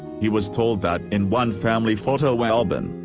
he was told that in one family photo album,